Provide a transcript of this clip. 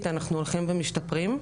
אנחנו הולכים ומשתפרים.